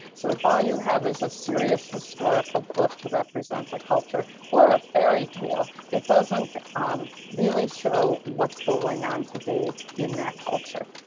so if all you have is a serious historical book to represent a culture or a fairy tale, it doesn't really show what's going on today in that culture.